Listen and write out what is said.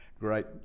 Great